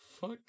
Fuck